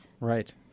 Right